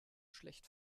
schlecht